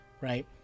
right